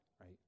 right